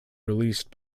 released